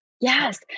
Yes